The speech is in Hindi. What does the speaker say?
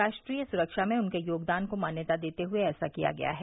राष्ट्रीय सुरक्षा में उनके योगदान को मान्यता देते हुए ऐसा किया गया है